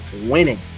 winning